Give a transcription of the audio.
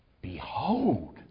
behold